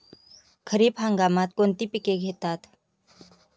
खरीप हंगामात कोणती पिके घेतात?